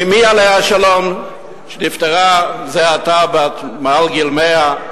אמי עליה השלום, שנפטרה זה עתה, בת מעל 100,